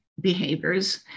behaviors